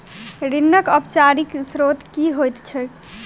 ऋणक औपचारिक स्त्रोत की होइत छैक?